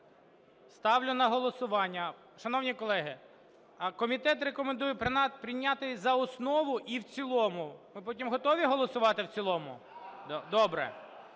Ставлю на голосування. Шановні колеги, комітет рекомендує прийняти за основу і в цілому. Ми потім готові голосувати в цілому? Добре.